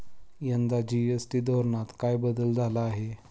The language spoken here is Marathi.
यंदा जी.एस.टी धोरणात काय बदल झाला आहे?